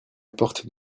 porte